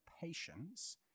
patience